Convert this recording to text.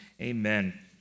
amen